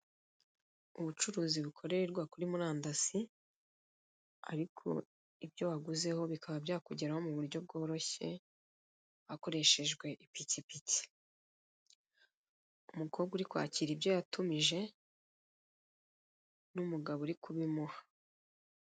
Ubucuruzi bukorewa kuri murandasi ariko ibyo waguzeho bikaba byakugeraho muburyo bworoshye, hakoreshejwe ipikipiki. Umukobwa uri kwakira ibyo yatumije n'umugabo uri kubimuha.